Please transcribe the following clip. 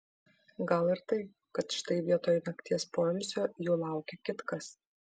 gal ir tai kad štai vietoj nakties poilsio jų laukia kitkas